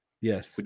Yes